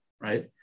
right